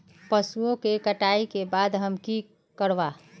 पशुओं के कटाई के बाद हम की करवा?